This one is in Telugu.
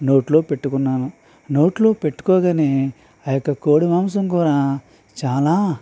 నోట్లో పెట్టుకున్నాను నోట్లో పెట్టుకోగానే ఆ యొక్క కోడి మాంసం కూర చాలా